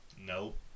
Nope